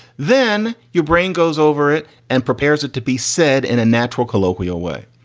then your brain goes over it and prepares it to be said in a natural, colloquial way.